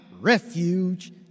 refuge